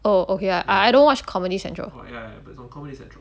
oh okay I I don't watch comedy central